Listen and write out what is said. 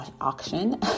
auction